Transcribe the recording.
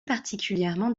particulièrement